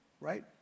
right